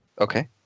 Okay